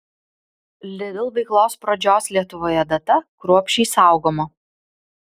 lidl veiklos pradžios lietuvoje data kruopščiai saugoma